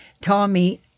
Tommy